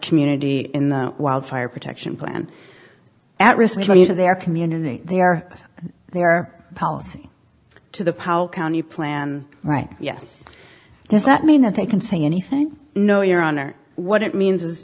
community in the wildfire protection plan at risk mean to their community their their policy to the powell county plan right yes does that mean that they can say anything no your honor what it means